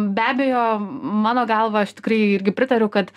be abejo mano galva aš tikrai irgi pritariu kad